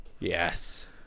Yes